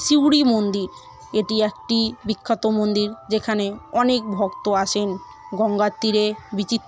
সিউরি মন্দির এটি একটি বিখ্যাত মন্দির যেখানে অনেক ভক্ত আসেন গঙ্গা তীরে বিচিত্র